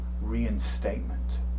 reinstatement